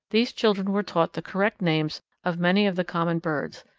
these children were taught the correct names of many of the common birds,